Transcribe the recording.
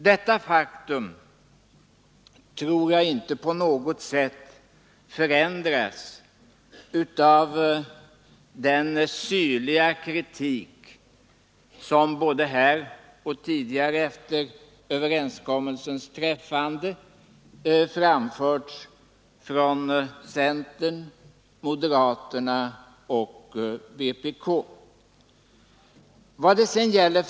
Detta faktum tror jag inte på något sätt förändras av den syriiga kritik som både här och tidigare efter överenskommelsens träffande framförts från centern, moderaterna och vänsterpartiet kommunisterna.